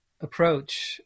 approach